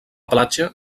platja